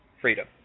freedom